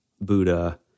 Buddha